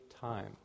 time